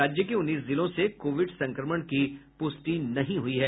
राज्य के उन्नीस जिलों से कोविड संक्रमण की पुष्टि नहीं हुई है